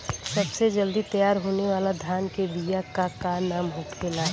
सबसे जल्दी तैयार होने वाला धान के बिया का का नाम होखेला?